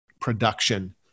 production